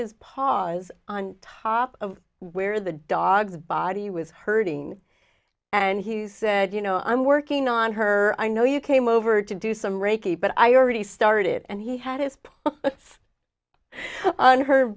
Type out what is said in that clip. his paws on top of where the dog's body was hurting and he said you know i'm working on her i know you came over to do some reiki but i already started and he had his on her